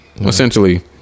essentially